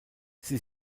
sie